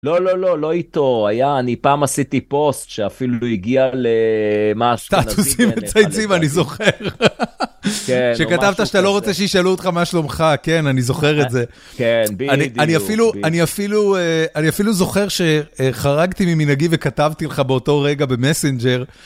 לא, לא, לא, לא איתו, היה, אני פעם עשיתי פוסט שאפילו הגיע למה אשכנזי... סטטוסים מציצים, אני זוכר. שכתבת שאתה לא רוצה שישאלו אותך מה שלומך, כן, אני זוכר את זה. כן, בדיוק. אני אפילו, אני אפילו, אני אפילו זוכר שחרגתי ממנהגי וכתבתי לך באותו רגע במסנג'ר.